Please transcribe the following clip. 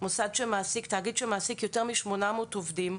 תאגיד שמעסיק יותר מ-800 עובדים,